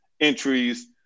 entries